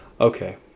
Okay